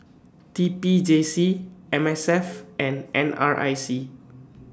T P J C M S F and N R I C